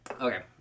okay